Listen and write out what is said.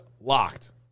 LOCKED